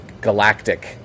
galactic